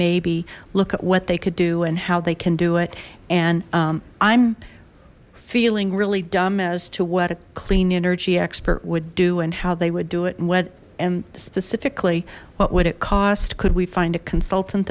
maybe look at what they could do and how they can do it and i'm feeling really dumb as to what a clean energy expert would do and how they would do it and what and specifically what would it cost could we find a consultant